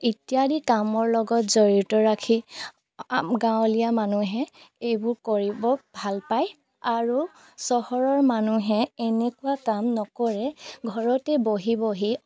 ইত্যাদি কামৰ লগত জড়িত ৰাখি গাঁৱলীয়া মানুহে এইবোৰ কৰিব ভাল পায় আৰু চহৰৰ মানুহে এনেকুৱা কাম নকৰে ঘৰতে বহি বহি